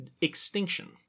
extinction